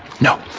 No